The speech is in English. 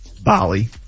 Bali